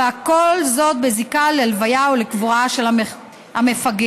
כל זאת בזיקה ללוויה או לקבורה של המפגע.